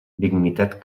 dignitat